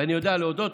ואני יודע להודות,